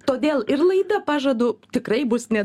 todėl ir laida pažadu tikrai bus ne